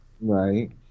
Right